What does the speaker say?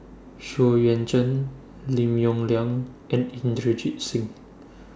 Xu Yuan Zhen Lim Yong Liang and Inderjit Singh